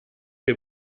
che